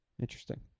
interesting